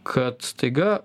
kad staiga